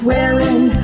Wearing